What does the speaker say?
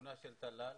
וכיוונה של טלל,